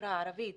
החברה הערבית